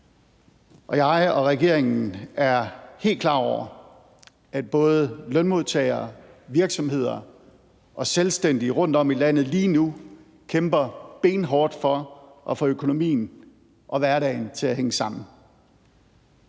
Jeg og regeringen er helt klar over, at både lønmodtagere, virksomheder og selvstændige rundtom i landet lige nu kæmper benhårdt for at få økonomien og hverdagen til at hænge sammen.